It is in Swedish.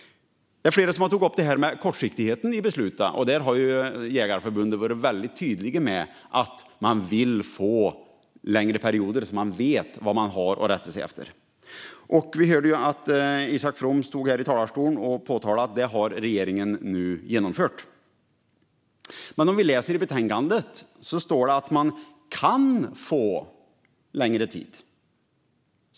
Flera har tagit upp kortsiktigheten i besluten. Svenska Jägareförbundet har varit tydliga med att man vill få längre perioder så att man vet vad man har att rätta sig efter. Vi hörde Isak From påpeka att regeringen nu har genomfört det. Men i betänkandet kan vi läsa att man bör få längre tid.